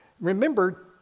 Remember